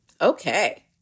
Okay